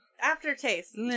aftertaste